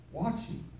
watching